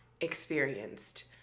experienced